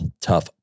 Tough